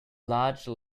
large